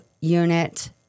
unit